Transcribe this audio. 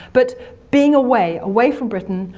but being away away from britain,